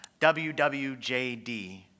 WWJD